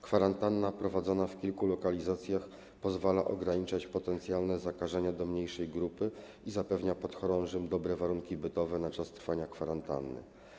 Kwarantanna prowadzona w kilku lokalizacjach pozwala ograniczać potencjalne zakażenia do mniejszej grupy i zapewnia podchorążym dobre warunki bytowe na czas trwania kwarantanny.